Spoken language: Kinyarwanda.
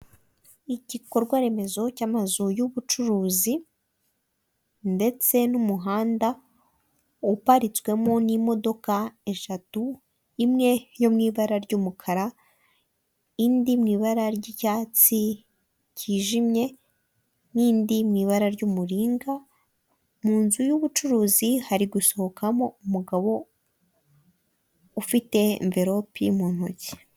Umuhanda wa kaburimbo urimo ibinyabiziga bigiye bitandukanye bigaragara ko harimo moto eshatu ndetse n'imodoka ebyiri, imwe isa girarayi ndetse n'indi isa ibara ry'umutuku bigaragara ko biri kugenda byerekeza mu cyerekezo kimwe kandi bikaba biri ku muhanda uriho umukindo.